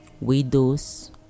widows